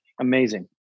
amazing